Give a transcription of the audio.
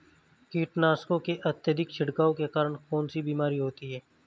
कीटनाशकों के अत्यधिक छिड़काव के कारण कौन सी बीमारी होती है?